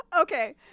Okay